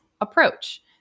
approach